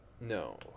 No